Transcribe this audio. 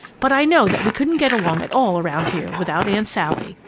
but i know that we couldn't get along at all around here without aunt sally.